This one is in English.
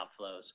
outflows